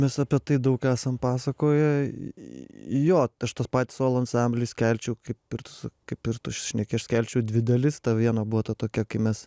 mes apie tai daug esam pasakoję jo aš tą patį solo ansamblį skelčiau kaip ir tu sa kaip ir tu šneki aš skelčiau į dvi dalis ta viena buvo ta tokia kai mes